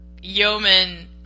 yeoman